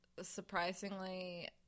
surprisingly